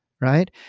Right